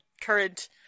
current